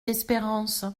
espérance